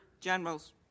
generals